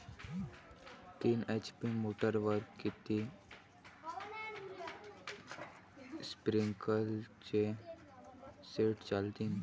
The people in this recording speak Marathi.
तीन एच.पी मोटरवर किती स्प्रिंकलरचे सेट चालतीन?